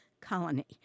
Colony